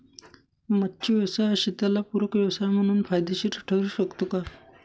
मच्छी व्यवसाय हा शेताला पूरक व्यवसाय म्हणून फायदेशीर ठरु शकतो का?